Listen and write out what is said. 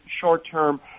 short-term